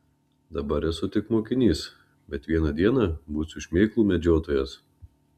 dabar esu tik mokinys bet vieną dieną būsiu šmėklų medžiotojas